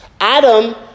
Adam